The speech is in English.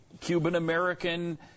Cuban-American